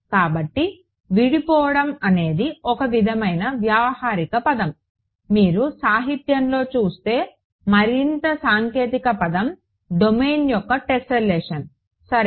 కాబట్టి విడిపోవడం అనేది ఒక విధమైన వ్యావహారిక పదం మీరు సాహిత్యంలో చూసే మరింత సాంకేతిక పదం డొమైన్ యొక్క టెస్సేలేషన్ సరే